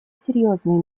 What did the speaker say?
серьезные